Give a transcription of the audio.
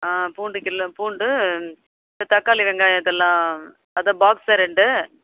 ஆ பூண்டு கிலோ பூண்டு தக்காளி வெங்காயம் இதெல்லாம் அதான் பாக்ஸாக ரெண்டு